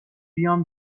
بیام